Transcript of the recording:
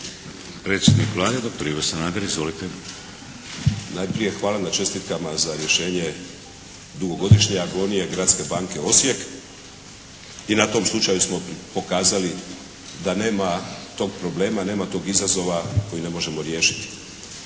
Sanader. Izvolite. **Sanader, Ivo (HDZ)** Najprije hvala na čestitkama za rješenje dugogodišnje agonije Gradske banke Osijek. I na tom slučaju smo pokazali da nema tog problema, nema tog izazova koji ne možemo riješiti.